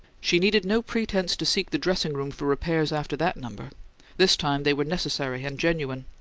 she needed no pretense to seek the dressing-room for repairs after that number this time they were necessary and genuine.